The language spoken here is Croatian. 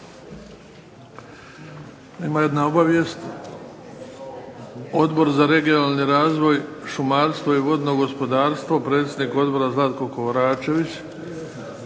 Ima jedna obavijest. Odbor za regionalni razvoj, šumarstvo i vodno gospodarstvo predsjednik Odbora Zlatko Koračević,